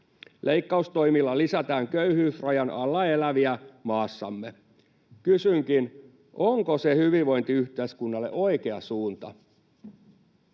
Leikkaustoimilla lisätään köyhyysrajan alla eläviä maassamme. Kysynkin, onko se hyvinvointiyhteiskunnalle oikea suunta.